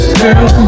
girl